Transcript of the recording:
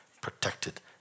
protected